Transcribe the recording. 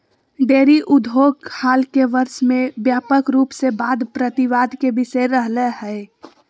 dairy उद्योग हाल के वर्ष में व्यापक रूप से वाद प्रतिवाद के विषय रहलय हें